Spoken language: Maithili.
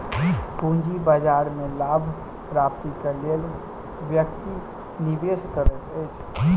पूंजी बाजार में लाभ प्राप्तिक लेल व्यक्ति निवेश करैत अछि